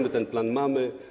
My ten plan mamy.